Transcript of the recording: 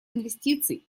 инвестиций